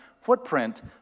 footprint